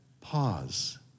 pause